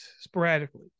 sporadically